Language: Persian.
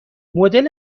مدل